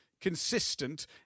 consistent